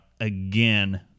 again